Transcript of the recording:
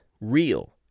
real